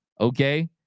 Okay